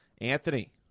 Anthony